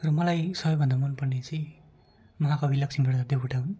र मलाई सबैभन्दा मन पर्ने चाहिँ महाकवि लक्ष्मीप्रसाद देवकोटा हुन्